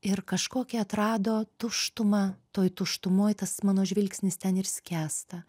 ir kažkokį atrado tuštumą tuoj tuštumoj tas mano žvilgsnis ten ir skęsta